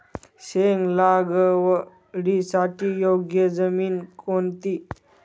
शेंग लागवडीसाठी योग्य जमीन कोणती?